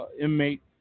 inmate